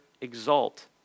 exult